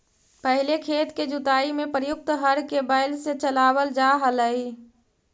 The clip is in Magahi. पहिले खेत के जुताई में प्रयुक्त हर के बैल से चलावल जा हलइ